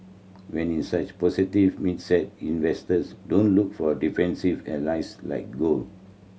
when in such positive meant set investors don't look for a defensive arise like gold